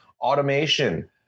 Automation